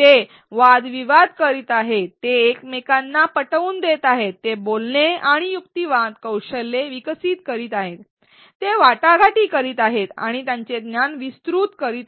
ते वादविवाद करीत आहेत ते एकमेकांना पटवून देत आहेत ते बोलणे आणि युक्तिवाद कौशल्ये विकसित करीत आहेत ते वाटाघाटी करीत आहेत आणि त्यांचे ज्ञान विस्तृत करीत आहेत